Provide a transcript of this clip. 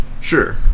Sure